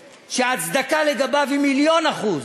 שההצדקה לגביו היא מיליון אחוז,